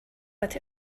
but